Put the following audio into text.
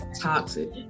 toxic